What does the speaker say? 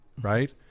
right